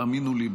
תאמינו לי,